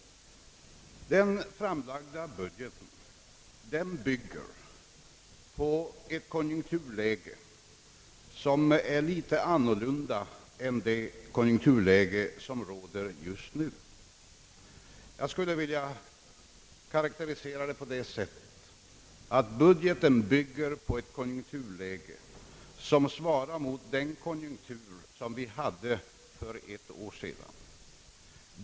Den framlagda budgeten bygger på ett konjunkturläge som är litet annorlunda än det konjunkturläge som just nu råder. Jag skulle vilja karakterisera det hela på det sättet, att budgeten bygger på ett konjunkturläge som svarar mot den konjunktur vi hade för ett år sedan.